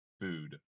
food